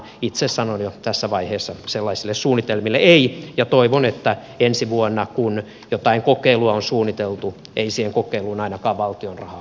itse sanon jo tässä vaiheessa sellaisille suunnitelmille ei ja toivon että ensi vuonna kun jotain kokeilua on suunniteltu ei siihen kokeiluun ainakaan valtion rahaa käytettäisi